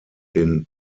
den